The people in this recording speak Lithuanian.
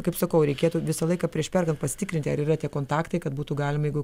kaip sakau reikėtų visą laiką prieš perkant pasitikrinti ar yra tie kontaktai kad būtų galima jeigu